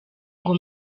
ngo